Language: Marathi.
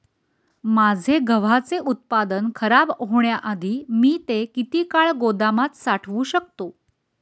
माझे गव्हाचे उत्पादन खराब होण्याआधी मी ते किती काळ गोदामात साठवू शकतो?